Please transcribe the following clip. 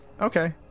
Okay